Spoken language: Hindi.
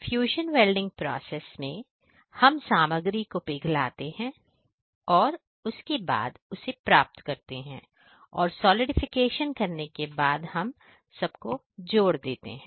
फ्यूजन वेल्डिंग में हम सामग्री को पिघलाते हैं और उसके बाद इसे प्राप्त करते हैं और सॉलिडिफिकेशन करने के बाद हम सबको जोड़ देते हैं